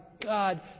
God